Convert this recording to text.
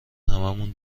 هممون